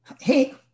Hey